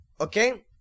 Okay